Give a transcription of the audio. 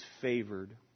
favored